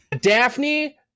Daphne